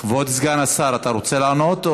כבוד סגן השר, אתה רוצה לענות?